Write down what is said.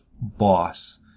boss